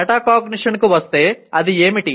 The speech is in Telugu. మెటాకాగ్నిషన్కు వస్తే అది ఏమిటి